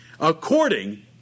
according